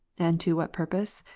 and to what purpose?